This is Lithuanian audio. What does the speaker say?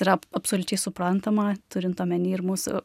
yra absoliučiai suprantama turint omeny ir mūsų